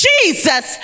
Jesus